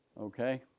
okay